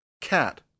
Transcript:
Cat